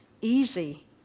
easy